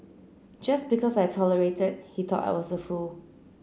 just because I tolerated he thought I was a fool